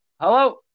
Hello